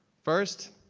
first,